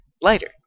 Lighter